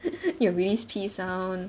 your release P's sound